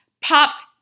popped